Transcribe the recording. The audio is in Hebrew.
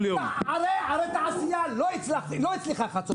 הרי תעשייה לא הצליחה בחצור.